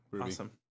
Awesome